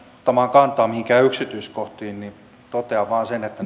ottamaan kantaa mihinkään yksityiskohtiin totean vain sen että